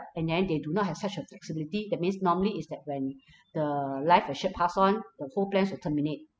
and then they do not have such a flexibility that means normally is that when the life assured pass on the whole plans will terminate